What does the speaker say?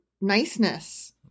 niceness